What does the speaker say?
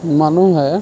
মানুহে